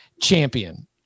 champion